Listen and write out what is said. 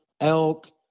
elk